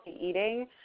eating